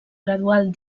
gradual